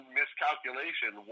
miscalculation